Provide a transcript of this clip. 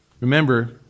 Remember